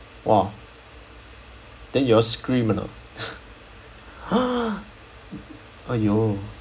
!wah! then you all scream or not !aiyo!